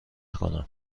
کنم